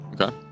Okay